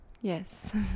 Yes